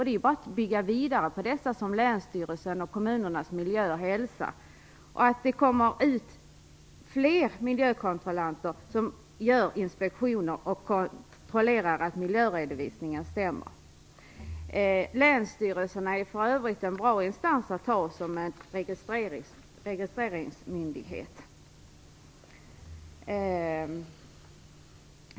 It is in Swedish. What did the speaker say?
Det är bara att bygga vidare på dessa, som länsstyrelserna och kommunernas enheter för miljö och hälsa. Det måste bli fler miljökontrollanter som gör inspektioner och kontrollerar att miljöredovisningen stämmer. Länsstyrelserna är för övrigt en bra instans att ha som en registreringsmyndighet.